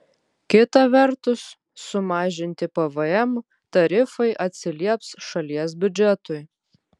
kita vertus sumažinti pvm tarifai atsilieps šalies biudžetui